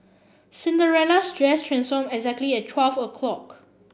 Cinderella's dress transform exactly at twelve o'clock